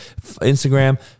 Instagram